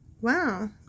Wow